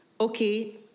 okay